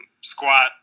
squat